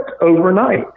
overnight